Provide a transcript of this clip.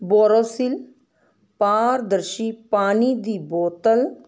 ਬੋਰੋਸਿਲ ਪਾਰਦਰਸ਼ੀ ਪਾਣੀ ਦੀ ਬੋਤਲ